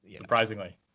surprisingly